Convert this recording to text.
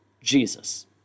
Jesus